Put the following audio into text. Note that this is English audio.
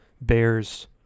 bears